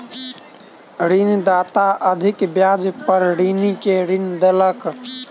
ऋणदाता अधिक ब्याज पर ऋणी के ऋण देलक